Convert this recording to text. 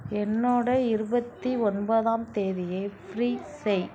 என்னோடய இருபத்தி ஒன்பதாம் தேதியை ஃப்ரீ செய்